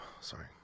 Sorry